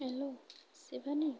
hello Shivani